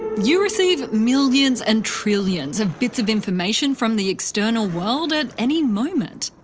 you receive millions and trillions of bits of information from the external world at any moment,